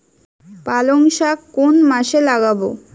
পালংশাক কোন মাসে লাগাব?